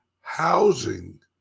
housing